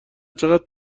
چقد